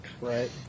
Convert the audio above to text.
right